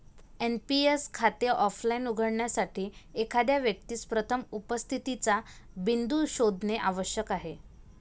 NPS खाते offline उघडण्यासाठी, एखाद्या व्यक्तीस प्रथम उपस्थितीचा बिंदू शोधणे आवश्यक आहे